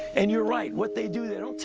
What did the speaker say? and you're right. what they do, they don't.